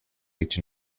reach